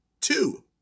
two